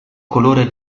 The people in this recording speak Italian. colore